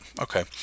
okay